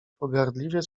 pogardliwie